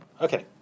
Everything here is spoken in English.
Okay